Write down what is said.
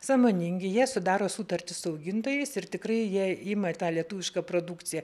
sąmoningi jie sudaro sutartį su augintojais ir tikrai jie ima ir tą lietuvišką produkciją